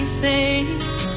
face